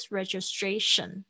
registration